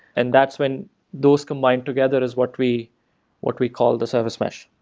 and that's when those combined together is what we what we call the service mesh.